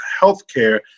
healthcare